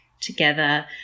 together